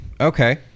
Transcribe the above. Okay